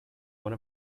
one